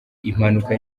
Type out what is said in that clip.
impanuka